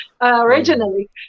originally